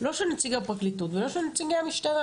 לא של נציג הפרקליטות ולא של נציגי המשטרה.